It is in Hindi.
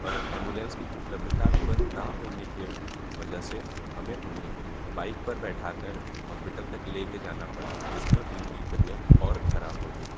पर एम्बुलेंस की उपलब्धता तुरंत ना होने के वजह से हमें उन्हें बाइक पर बैठाकर हॉस्पिटल तक लेके जाना पड़ा जिसमें उनकी तबियत और ख़राब हो गई